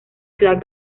ciudad